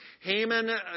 Haman